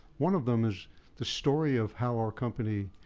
one of them is the story of how our company